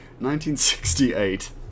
1968